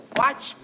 watch